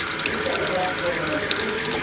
and this guy's not in seven a, but this,